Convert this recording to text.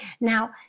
Now